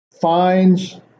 fines